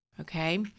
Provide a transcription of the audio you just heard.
okay